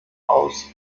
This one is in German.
aus